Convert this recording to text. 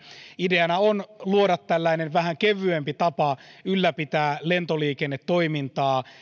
ideana on luoda vähän kevyempi tapa ylläpitää lentoliikennetoimintaa